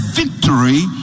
victory